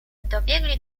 dobiegli